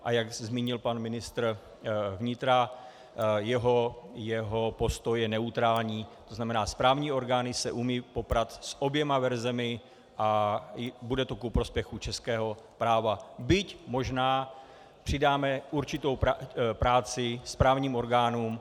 A jak zmínil pan ministr vnitra, jeho postoj je neutrální, to znamená, správní orgány se umějí poprat s oběma verzemi a bude to ku prospěchu českého práva, byť možná přidáme určitou práci správním orgánům.